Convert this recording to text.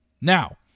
Now